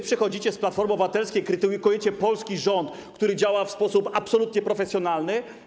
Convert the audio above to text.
Przychodzicie z Platformy Obywatelskiej i krytykujecie polski rząd, który działa w sposób absolutnie profesjonalny.